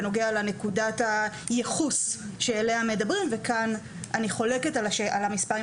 בנוגע לנקודת הייחוס עליה מדברים וכאן אני חולקת על המספר,